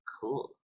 Cool